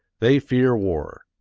they fear war!